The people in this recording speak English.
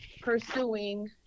pursuing